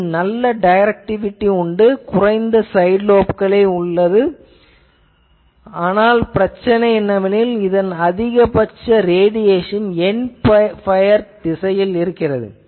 இதற்கு நல்ல டைரக்டிவிட்டி உண்டு குறைந்த சைட் லோப் அளவு ஆனால் பிரச்சனை என்னவென்றால் இதன் அதிகபட்ச ரேடியேஷன் என்ட் பயர் திசையில் நிகழ்கிறது